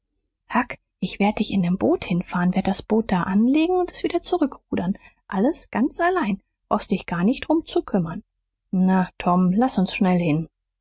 ich werd dich in nem boot hinfahren werd das boot da anlegen und s wieder zurückrudern alles ganz allein brauchst dich gar nicht drum zu kümmern na tom laß uns schnell hin